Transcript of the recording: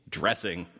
dressing